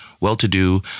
Well-to-do